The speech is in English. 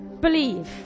Believe